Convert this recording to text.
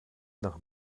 nach